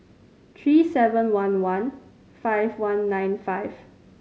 three seven one one five one nine five